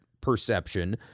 perception